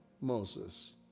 Moses